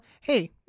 hey